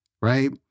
right